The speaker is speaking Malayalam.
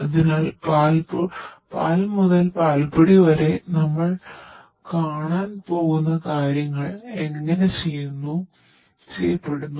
അതിനാൽ പാൽ മുതൽ പാൽപ്പൊടി വരെ നമ്മൾ കാണാൻ പോകുന്ന കാര്യങ്ങൾ എങ്ങനെ ചെയ്യപ്പെടുന്നു